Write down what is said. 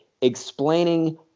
explaining